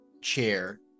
chair